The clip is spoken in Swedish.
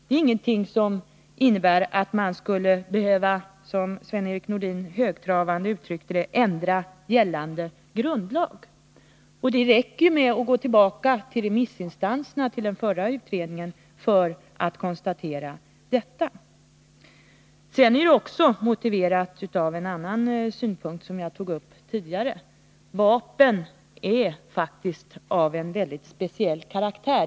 Det innebär inte att man — som Sven-Erik Nordin så högtravande uttryckte det — skulle behöva ändra gällande grundlag. Det räcker med att gå tillbaka och se vad den förra utredningens remissinstanser uttalat för att kunna konstatera detta. Vidare är det, som jag tidigare sagt, motiverat från en annan synpunkt: Vapen är faktiskt av en väldigt speciell karaktär.